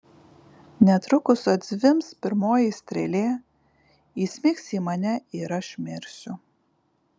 netrukus atzvimbs pirmoji strėlė įsmigs į mane ir aš mirsiu